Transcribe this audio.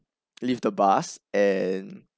leave the bus and